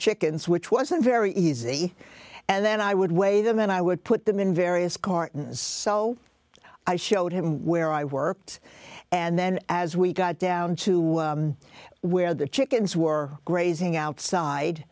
chickens which wasn't very easy and then i would weigh them and i would put them in various cartons so i showed him where i worked and then as we got down to where the chickens were grazing outside